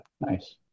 Nice